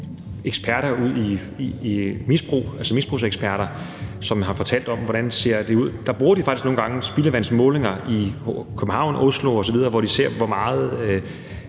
eksperter udi misbrug, altså misbrugseksperter, som har fortalt om, hvordan det ser ud, siger de, at de faktisk nogle gange bruger spildevandsmålinger i København, Oslo osv., hvor de ser, hvor meget